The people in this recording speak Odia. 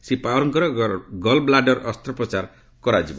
ଶ୍ରୀ ପାୱାରଙ୍କର ଗଲ୍ବ୍ଲାଡର୍ ଅସ୍ତ୍ରୋପ୍ରଚାର କରାଯିବ